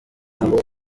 ahubwo